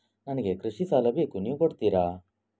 ನನಗೆ ಕೃಷಿ ಸಾಲ ಬೇಕು ನೀವು ಕೊಡ್ತೀರಾ?